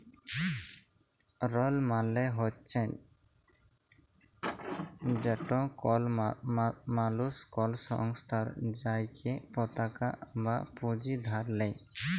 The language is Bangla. ঋল মালে হছে যেট কল মালুস কল সংস্থার থ্যাইকে পতাকা বা পুঁজি ধার লেই